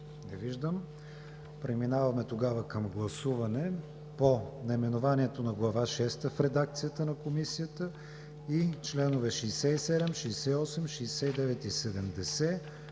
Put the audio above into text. Не виждам. Преминаваме тогава към гласуване на наименованието на Глава шеста в редакцията на Комисията; и чл. 67, 68, 69 и 70